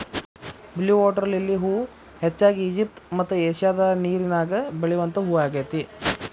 blue water lily ಹೂ ಹೆಚ್ಚಾಗಿ Egypt ಮತ್ತ ಏಷ್ಯಾದಾಗ ನೇರಿನ್ಯಾಗ ಬೆಳಿವಂತ ಹೂ ಆಗೇತಿ